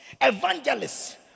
evangelists